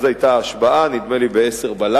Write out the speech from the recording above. אז היתה ההשבעה, נדמה לי ב-22:00,